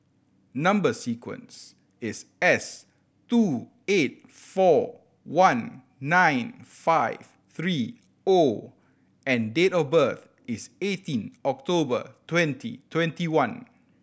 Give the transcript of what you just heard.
number sequence is S two eight four one nine five three O and date of birth is eighteen October twenty twenty one